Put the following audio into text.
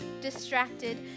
distracted